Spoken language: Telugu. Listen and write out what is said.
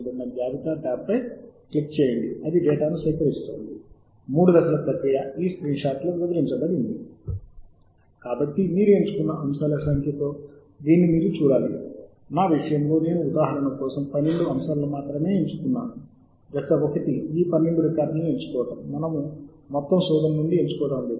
ఇది అన్నింటినీ ఎంచుకోదు మీరు మొదట చేసిన శోధన కోసం అంశాలు కానీ మీ వద్ద ఉన్న వాటి కోసం మాత్రమే ఎంచుకొని మీ జాబితాకు జోడించబడింది